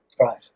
Right